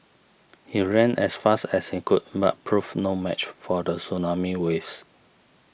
he ran as fast as he could but proved no match for the tsunami waves